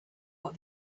what